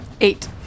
eight